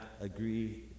agree